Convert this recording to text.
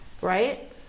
right